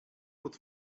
pod